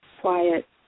quiet